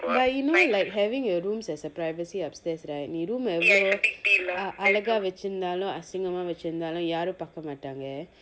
but you know like having a rooms as a privacy upstairs right நீ:nee room ah எவ்வளவு:evvalavu ah அழகா வச்சிருந்தாலும் அசிங்கமா வச்சிருந்தாலும் யாரும் பாக்க மாட்டாங்க:alaha vachirunthaalum asingama vachirunthaalum yaarum paakka maattaanga